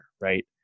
right